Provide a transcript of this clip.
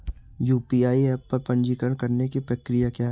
UPI app पर पंजीकरण करने की प्रक्रिया क्या है?